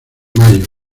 mayo